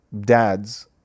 dads